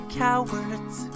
cowards